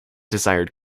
desired